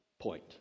point